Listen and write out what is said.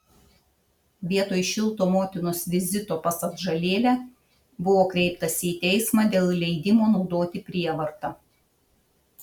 vietoj šilto motinos vizito pas atžalėlę buvo kreiptasi į teismą dėl leidimo naudoti prievartą